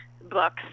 books